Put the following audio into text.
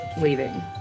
Leaving